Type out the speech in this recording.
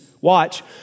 watch